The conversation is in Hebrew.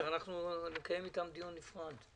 אנחנו נקיים איתם דיון בנפרד.